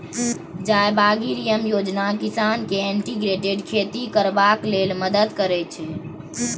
जयबागरिहम योजना किसान केँ इंटीग्रेटेड खेती करबाक लेल मदद करय छै